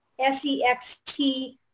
Sext